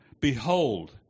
behold